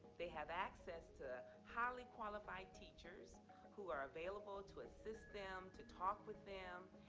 they have access to highly qualified teachers who are available to assist them, to talk with them,